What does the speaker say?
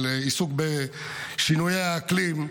של עיסוק בשינויי האקלים,